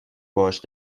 باهاش